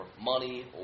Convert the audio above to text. money